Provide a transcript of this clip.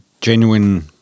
genuine